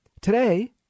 Today